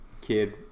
kid